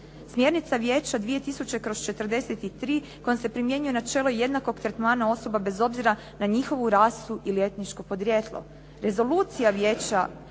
Smjernica Vijeća 2000/43 kojom se primjenjuje načelo jednakog tretmana osoba bez obzira na njihovu rasu ili etničko podrijetlo. Rezolucija Vijeća